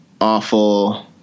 awful